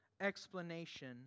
explanation